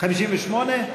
הסתייגות 58?